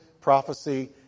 prophecy